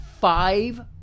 five